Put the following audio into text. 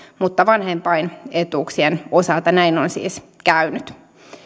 mutta vanhempain etuuksien osalta näin on siis käynyt